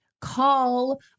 call